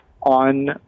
on